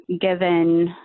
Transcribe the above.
given